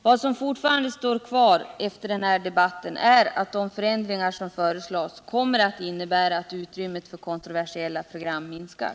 Vad som fortfarande står kvar efter denna debatt är att de förändringar som föreslås kommer att innebära att utrymmet för kontroversiella program minskar.